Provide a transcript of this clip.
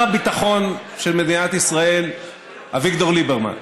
הביטחון של מדינת ישראל אביגדור ליברמן,